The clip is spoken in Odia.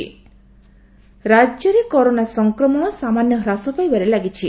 କରୋନା ଓଡ଼ିଶା ରାକ୍ୟରେ କରୋନା ସଂକ୍ରମଣ ସାମାନ୍ୟ ହ୍ରାସ ପାଇବାରେ ଲାଗିଛି